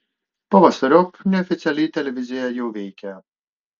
pavasariop neoficialiai televizija jau veikia